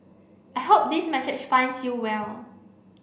I hope this message finds you well